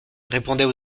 répondait